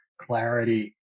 clarity